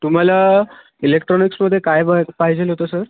तुम्हाला इलेक्ट्रोनिक्समध्ये काय ब पाहिजे होतं सर